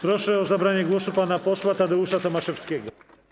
Proszę o zabranie głosu pana posła Tadeusza Tomaszewskiego.